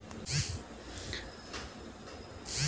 internet banking channel ಮೂಲಕ ಖಾತೆಗಳ ವರ್ಗಾವಣೆಯ ಸೌಲಭ್ಯ